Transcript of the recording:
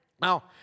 Now